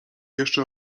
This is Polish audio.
jeszcze